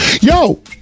Yo